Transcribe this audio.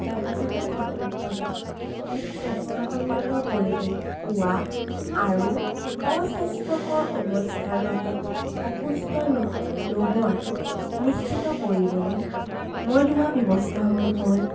নৱজাতক শিশুসকলে এক স্বাস্থ্যসন্মত পৰিবেশ পোৱা আৰু অস্বাস্থ্যকৰ অৱস্থাৰ বাবে অসুস্থ নোহোৱাটো নিশ্চিত কৰিবলৈ মই লোৱা ব্যৱস্থাসমূহ হ'ল